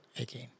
again